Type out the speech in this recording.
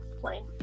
plain